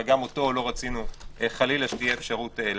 וגם אותו לא רצינו חלילה שתהיה אפשרות להגביל.